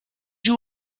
you